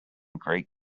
greek